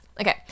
okay